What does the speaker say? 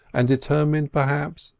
and determined, perhaps,